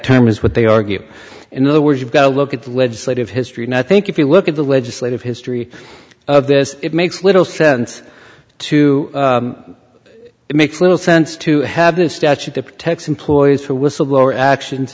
time is what they argue in other words you've got to look at the legislative history and i think if you look at the legislative history of this it makes little sense to it makes little sense to have this statute that protects employees for whistleblower actions